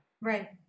Right